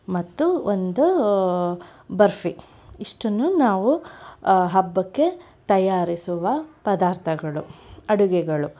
ಮತ್ತು ಒಂದು ಬರ್ಫಿ ಇಷ್ಟನ್ನು ನಾವು ಹಬ್ಬಕ್ಕೆ ತಯಾರಿಸುವ ಪದಾರ್ಥಗಳು ಅಡುಗೆಗಳು